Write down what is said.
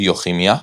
ביוכימיה,